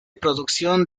producción